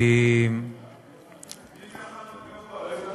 כי, מי זה "החלון הגבוה"?